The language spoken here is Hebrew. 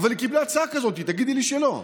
אבל היא קיבלה הצעה כזאת תגידי לי שלא.